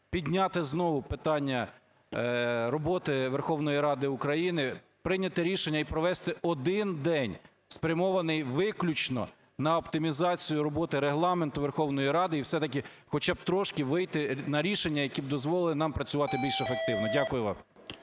підняти знову питання роботи Верховної Ради України, прийняти рішення і провести один день, спрямований виключно на оптимізацію роботи, Регламенту Верховної Ради і все-таки хоча б трошки вийти на рішення, які б дозволили нам працювати більш ефективно. Дякую вам.